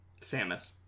Samus